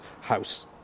house